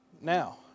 now